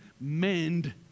mend